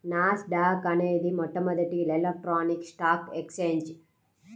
నాస్ dock అనేది మొట్టమొదటి electronic stock exchange